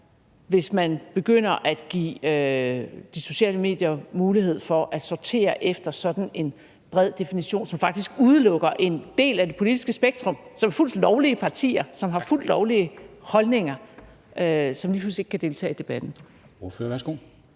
hvis man begynder at give de sociale medier mulighed for at sortere efter sådan en bred definition, som faktisk udelukker en del af det politiske spektrum, så fuldt lovlige partier, som har fuldt lovlige holdninger, så lige pludselig ikke kan deltage i debatten.